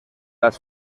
las